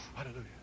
Hallelujah